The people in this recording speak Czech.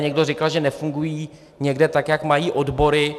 Někdo tady říkal, že nefungují někde tak, jak mají, odbory.